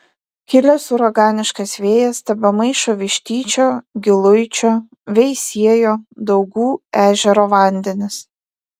kilęs uraganiškas vėjas tebemaišo vištyčio giluičio veisiejo daugų ežero vandenis